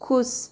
खुश